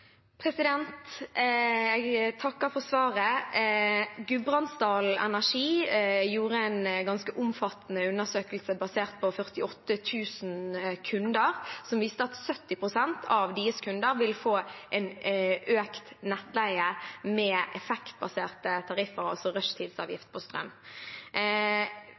Jeg takker for svaret. Gudbrandsdal Energi gjorde en ganske omfattende undersøkelse basert på 48 000 kunder. Den viste at 70 pst. av kundene deres vil få en økt nettleie med effektbaserte tariffer, altså rushtidsavgift på strøm.